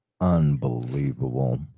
Unbelievable